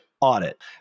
audit